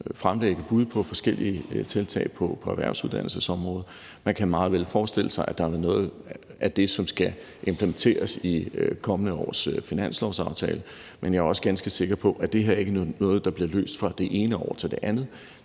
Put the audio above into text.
fremlægge bud på forskellige tiltag på erhvervsuddannelsesområdet. Man kan meget vel forestille sig, at der er noget af det, som skal implementeres i det kommende års finanslovsaftale, men jeg er også ganske sikker på, at det her ikke er noget, der bliver løst fra det ene år til det andet.